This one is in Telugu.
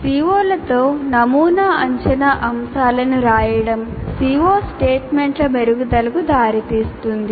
CO లతో నమూనా అంచనా అంశాలను రాయడం CO స్టేట్మెంట్ల మెరుగుదలకు దారితీస్తుంది